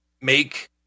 make